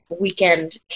weekend